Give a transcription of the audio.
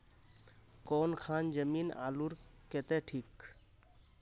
कौन खान जमीन आलूर केते ठिक?